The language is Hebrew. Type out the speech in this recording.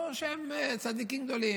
לא שהם צדיקים גדולים.